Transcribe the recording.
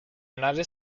united